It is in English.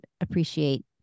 appreciate